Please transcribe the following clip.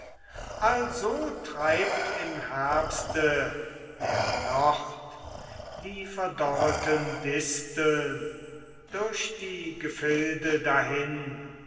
also treibt im herbste der nord die verdorreten disteln durch die gefilde dahin